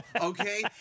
okay